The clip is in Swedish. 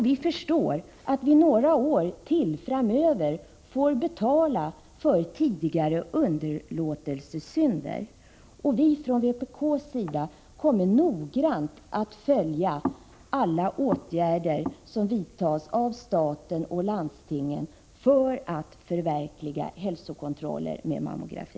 Vi förstår att vi i ytterligare några år framöver får betala för tidigare underlåtelsesynder. Från vpk:s sida kommer vi noggrant att följa alla åtgärder som vidtas av staten och landstingen för att förverkliga hälsokontroller med mammografi.